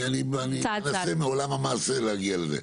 אני רוצה מעולם המעשה להגיע לזה.